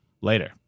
Later